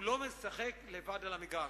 הוא לא משחק לבד על המגרש,